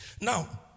Now